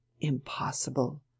impossible